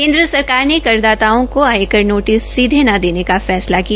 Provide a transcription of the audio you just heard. केन्द्र सरकार ने कर दाताओं को आयकर नोटिस सीधे न देने का फैसला किया